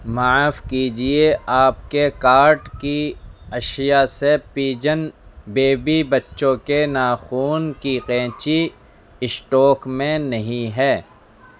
معاف کیجیے آپ کے کارٹ کی اشیا سے پیجن بیبی بچوں کے ناخون کی قینچی اسٹاک میں نہیں ہے